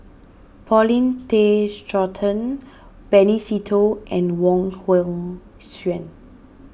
Paulin Tay Straughan Benny Se Teo and Wong Hong Suen